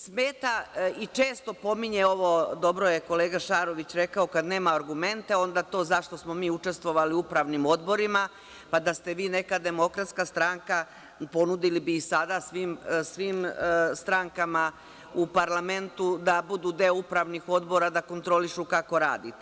Smeta i često pominje ovo, dobro je kolega Šarović rekao, kad nema argumente, onda to zašto smo mi učestvovali u upravnim odborima, pa, da ste vi neka Demokratska stranka, ponudili bi i sada svim strankama u parlamentu da budu deo upravnih odbora, da kontrolišu kako radite.